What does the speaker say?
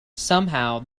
somehow